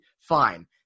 fine